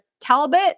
Talbot